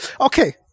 okay